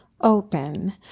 open